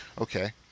okay